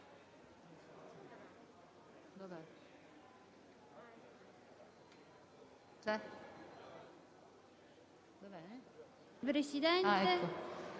Presidente,